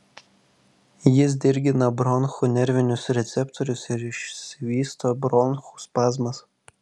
jis dirgina bronchų nervinius receptorius ir išsivysto bronchų spazmas